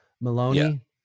Maloney